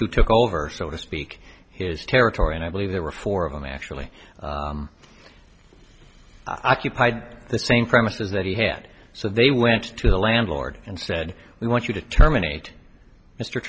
who took over so to speak his territory and i believe there were four of them actually i keep i had the same premises that he had so they went to the landlord and said we want you to terminate mr